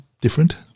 different